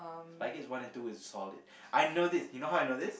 Spy Kids one and two is solid I know this you know how I know this